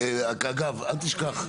אגב, אל תשכח,